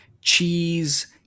cheese